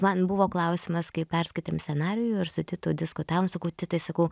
man buvo klausimas kai perskaitėm scenarijų ir su titu diskutavom sakau titai sakau